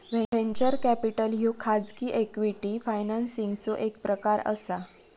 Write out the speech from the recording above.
venture capital ह्यो खाजगी equity फायनान्सिंगचो एक प्रकार असा